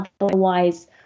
otherwise